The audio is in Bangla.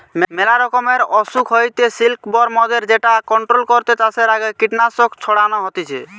মেলা রকমের অসুখ হইতে সিল্কবরমদের যেটা কন্ট্রোল করতে চাষের আগে কীটনাশক ছড়ানো হতিছে